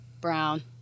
Brown